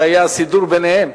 זה היה סידור ביניהן.